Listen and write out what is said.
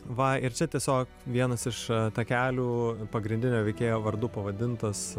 va ir čia tiesiog vienas iš takelių pagrindinio veikėjo vardu pavadintas